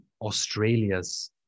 Australia's